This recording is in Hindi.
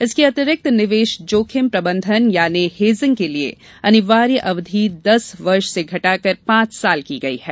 इसके अतिरिक्त निवेश जोखिम प्रबंधन यानी हेजिंग के लिए अनिवार्य अवधि दस वर्ष से घटाकर पांच वर्ष की गई है